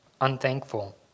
unthankful